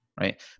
right